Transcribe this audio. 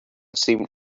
seemed